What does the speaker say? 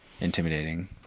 intimidating